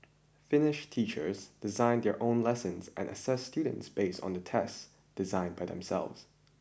Finish teachers design their own lessons and assess students based on tests designed by themselves